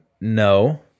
no